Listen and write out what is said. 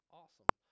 awesome